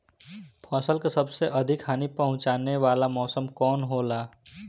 फसल के सबसे अधिक हानि पहुंचाने वाला मौसम कौन हो ला?